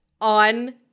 on